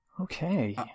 Okay